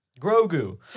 Grogu